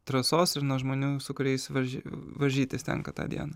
trasos ir nuo žmonių su kuriais varžy varžytis tenka tą dieną